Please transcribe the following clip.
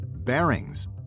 Bearings